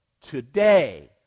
today